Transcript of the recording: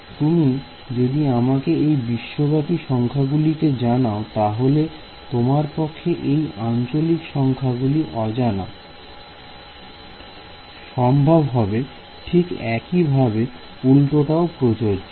তুমি যদি আমাকে এই বিশ্বব্যাপী সংখ্যাগুলিকে জানাও তাহলে তোমার পক্ষে এই আঞ্চলিক সংখ্যাগুলি জানানো সম্ভব হবে ঠিক একইভাবে উল্টোটাও প্রযোজ্য